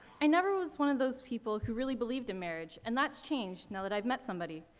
i never was one of those people who really believed in marriage, and that's changed now that i've met somebody.